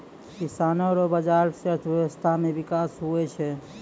किसानो रो बाजार से अर्थव्यबस्था मे बिकास हुवै छै